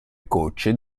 gocce